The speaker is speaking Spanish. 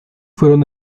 fueron